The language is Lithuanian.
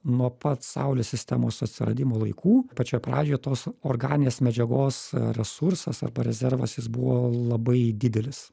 nuo pat saulės sistemos atsiradimo laikų pačioj pradžioj tos organinės medžiagos resursas arba rezervas jis buvo labai didelis